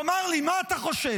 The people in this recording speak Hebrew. תאמר לי מה אתה חושב,